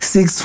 Six